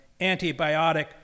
antibiotic